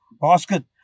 basket